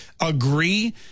agree